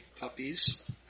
puppies